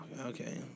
Okay